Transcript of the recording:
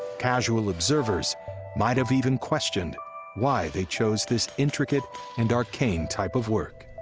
casual observers might have even questioned why they chose this intricate and arcane type of work.